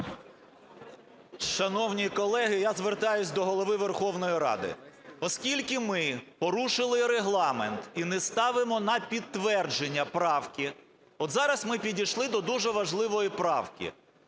Шановні колеги, я звертаюсь до Голови Верховної Ради, оскільки ми порушили Регламент і не ставимо на підтвердження правки. От зараз ми підійшли до дуже важливої правки,